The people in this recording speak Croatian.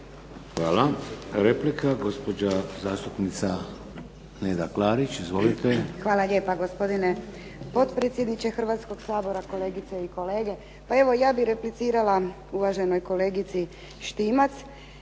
Hvala. Replika gospođa zastupnica Neda Klarić. Izvolite. **Klarić, Nedjeljka (HDZ)** Hvala lijepa. Gospodine potpredsjedniče Hrvatskoga sabora, kolegice i kolege. Ja bih replicirala uvaženoj kolegici Štimac